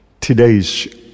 Today's